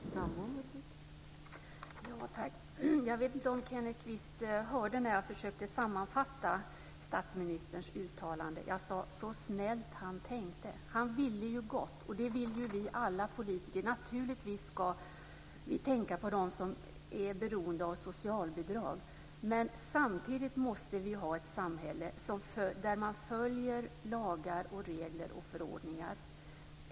Fru talman! Jag vet inte om Kenneth Kvist lyssnade när jag försökte sammanfatta statsministerns uttalande. Jag sade: Så snällt han tänkte. Han ville ju gott, och det vill alla vi politiker. Naturligtvis ska vi tänka på dem som är beroende av socialbidrag. Men samtidigt måste vi ha ett samhälle där man följer lagar, regler och förordningar.